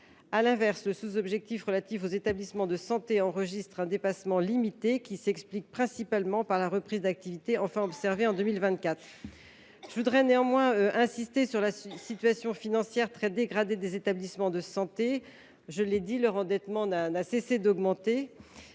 À l’inverse, le sous objectif relatif aux établissements de santé enregistre un dépassement limité, qui s’explique principalement par la reprise d’activité enfin observée en 2024. J’insiste néanmoins sur la situation financière très dégradée des établissements de santé. Leur endettement, qui n’a cessé d’augmenter,